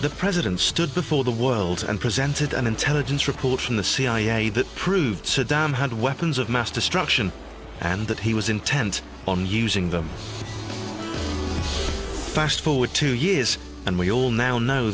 the president stood before the world and presented an intelligence report from the cia that proved saddam had weapons of mass destruction and that he was intent on using them to fast forward two years and we all now